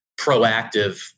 proactive